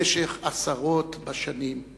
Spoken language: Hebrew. במשך עשרות בשנים.